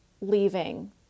leaving